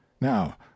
Now